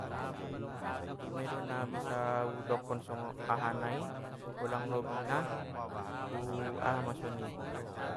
Imedo na bisa udokon songo- aha nai urang lobina, u aha ma soni.